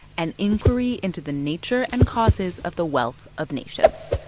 an inquiry into the nature and causes of the wealth of nations.